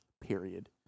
period